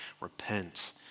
repent